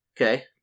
Okay